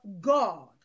God